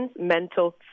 mental